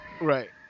Right